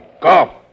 Go